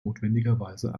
notwendigerweise